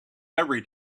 every